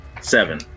Seven